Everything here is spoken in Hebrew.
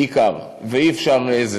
בעיקר, ואי-אפשר.